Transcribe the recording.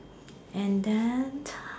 and then